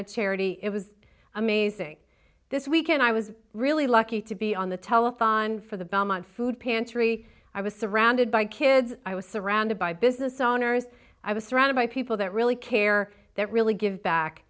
of charity it was amazing this weekend i was really lucky to be on the telephone for the belmont food pantry i was surrounded by kids i was surrounded by business owners i was surrounded by people that really care that really give back